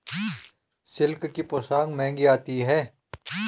silk की पोशाक महंगी आती है